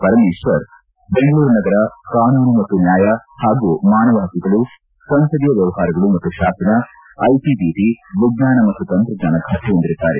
ಪರಮೇಶ್ವರ್ ಬೆಂಗಳೂರು ನಗರ ಕಾನೂನು ಮತ್ತು ನ್ಯಾಯ ಹಾಗೂ ಮಾನವ ಪಕ್ಕುಗಳು ಸಂಸದೀಯ ವ್ಯವಹಾರಗಳು ಮತ್ತು ಶಾಸನ ಐಟಿಐಟಿ ವಿಜ್ಞಾನ ಮತ್ತು ತಂತ್ರಜ್ಞಾನ ಖಾತೆ ಹೊಂದಿರುತ್ತಾರೆ